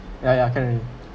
ya ya can already